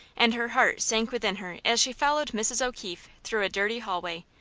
and her heart sank within her as she followed mrs. o'keefe through a dirty hallway,